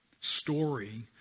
story